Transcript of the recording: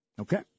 Okay